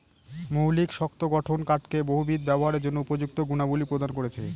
মৌলিক শক্ত গঠন কাঠকে বহুবিধ ব্যবহারের জন্য উপযুক্ত গুণাবলী প্রদান করেছে